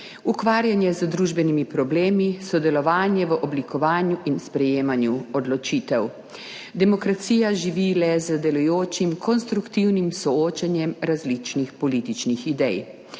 ukvarjanje z družbenimi problemi, sodelovanje v oblikovanju in sprejemanju odločitev. Demokracija živi le z delujočim, konstruktivnim soočenjem različnih političnih idej.